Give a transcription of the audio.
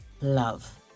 love